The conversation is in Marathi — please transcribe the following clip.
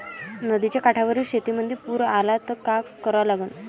नदीच्या काठावरील शेतीमंदी पूर आला त का करा लागन?